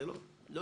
זה לא יהיה.